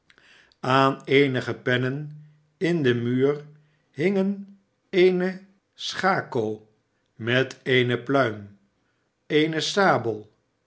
aan eenige pennen in den muur hingen eene schako met eene pluim eene sabel